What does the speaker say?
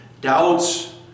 doubts